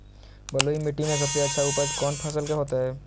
बलुई मिट्टी में सबसे अच्छा उपज कौन फसल के होतय?